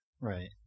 Right